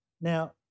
Now